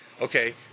Okay